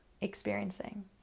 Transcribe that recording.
experiencing